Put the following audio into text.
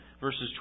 Verses